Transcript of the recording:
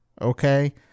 Okay